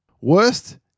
Worst